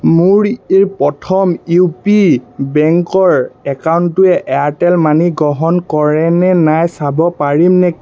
মোৰ এই প্ৰথম ইউ পি বেংকৰ একাউণ্টটোৱে এয়াৰটেল মানি গ্ৰহণ কৰেনে নাই চাব পাৰিমনে